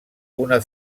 una